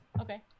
Okay